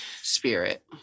spirit